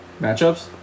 matchups